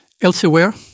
Elsewhere